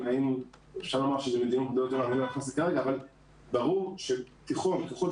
אבל אני לא יכול להימנע מלומר שגם היום המערכת הייתה יכולה להתארגן לפיצול